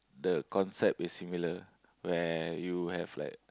the concept is similar where you have like